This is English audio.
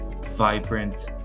vibrant